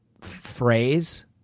phrase